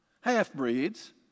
Half-breeds